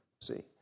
See